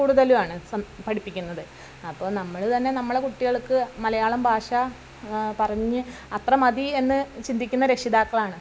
കൂടുതലുവാണ് സം പഠിപ്പിക്കുന്നത് അപ്പോൾ നമ്മള് തന്നെ നമ്മുടെ കുട്ടികൾക്ക് മലയാളം ഭാഷ പറഞ്ഞ് അത്ര മതി എന്ന് ചിന്തിക്കുന്ന രക്ഷിതാക്കളാണ്